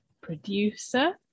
producer